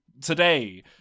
today